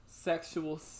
sexual